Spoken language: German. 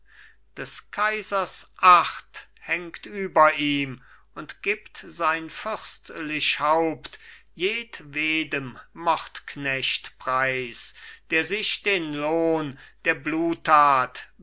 des kaisers acht hängt über ihm und gibt sein fürstlich haupt jedwedem mordknecht preis der sich den lohn der bluttat